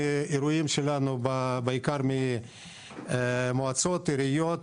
ובאירועים שלנו בעיקר ממועצות ועיריות,